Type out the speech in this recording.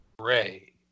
Ray